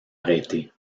arrêtés